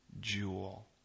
jewel